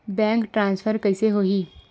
Bank transfer कइसे होही?